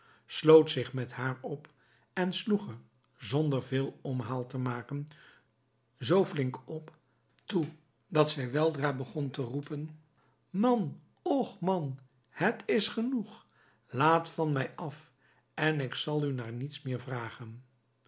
sloot zich met haar op en sloeg er zonder veel omhaal te maken zoo flink op toe dat zij weldra begon te roepen man och man het is genoeg laat van mij af en ik zal u naar niets meer vragen